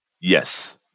Yes